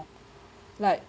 like